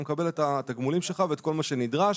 מקבל את התגמולים שלך ואת כל מה שנדרש.